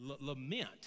lament